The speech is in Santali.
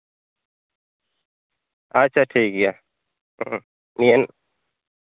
ᱟᱪᱪᱷᱟ ᱴᱷᱤᱠᱜᱮᱭᱟ ᱦᱩᱸ ᱤᱧᱟᱹᱝ